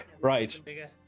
Right